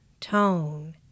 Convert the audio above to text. tone